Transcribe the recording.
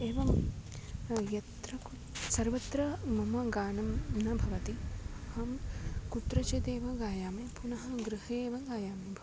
एवं यत्र कु सर्वत्र मम गानं न भवति अहं कुत्रचिदेव गायामि पुनः गृहे एव गायामि भव